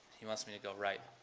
he wants me to go right.